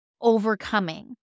overcoming